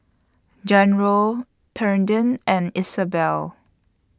Jairo Trenten and Isabell